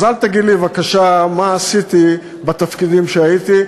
אז אל תגיד לי בבקשה מה עשיתי בתפקידים שהייתי,